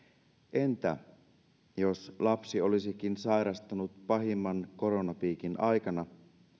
entä jos lapsi olisikin sairastanut pahimman koronapiikin aikana